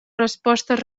respostes